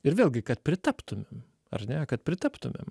ir vėlgi kad pritaptumėm ar ne kad pritaptumėm